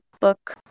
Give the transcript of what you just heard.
book